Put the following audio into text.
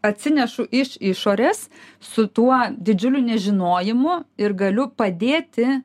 atsinešu iš išorės su tuo didžiuliu nežinojimu ir galiu padėti